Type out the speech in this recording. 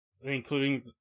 including